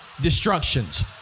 destructions